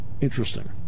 interesting